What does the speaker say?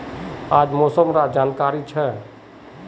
आज मौसम डा की जानकारी छै?